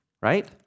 right